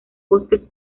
bosques